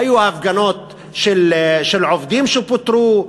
היו הפגנות של עובדים שפוטרו,